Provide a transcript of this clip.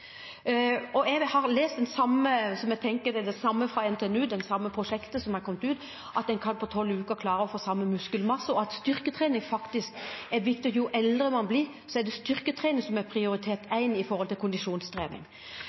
Jeg har lest den samme NTNU-undersøkelsen som jeg tror representanten Jacobsen refererer til, om at man på tolv uker kan klare å oppnå samme muskelmasse, og at styrketrening er viktig. Jo eldre man blir, jo høyere bør man prioritere styrketrening sammenliknet med kondisjonstrening. Det er